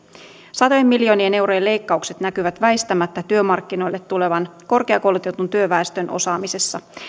satojen miljoonien eurojen leikkaukset näkyvät väistämättä työmarkkinoille tulevan korkeakoulutetun työväestön osaamisessa